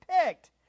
picked